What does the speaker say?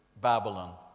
Babylon